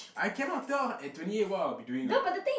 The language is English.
I cannot tell at twenty eight what I'll be doing what